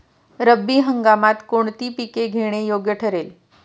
रब्बी हंगामात कोणती पिके घेणे योग्य ठरेल?